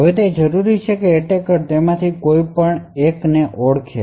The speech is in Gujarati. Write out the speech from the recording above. હવે તે જરુરી છે કે એટેકર તેમાંથી કોઈ પણને ઓળખે